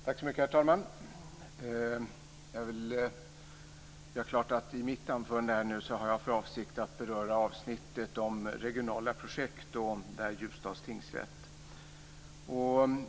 Herr talman! Jag vill göra klart att jag i mitt anförande har för avsikt att beröra avsnittet om regionala projekt och Ljusdals tingsrätt.